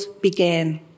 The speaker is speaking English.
began